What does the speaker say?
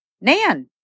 Nan